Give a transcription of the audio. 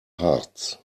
harz